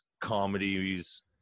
comedies